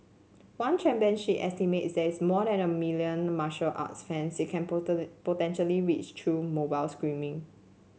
one championship estimates there is more and a billion martial arts fans it can potentially reach through mobile streaming